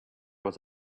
was